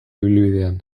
ibilbidean